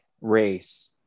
race